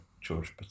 George